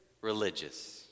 Religious